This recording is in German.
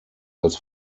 als